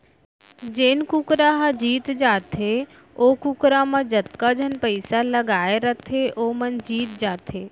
जेन कुकरा ह जीत जाथे ओ कुकरा म जतका झन पइसा लगाए रथें वो मन जीत जाथें